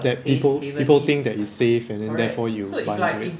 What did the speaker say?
that people people think that it's safe and then therefore you buy into it